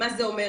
מה זה אומר,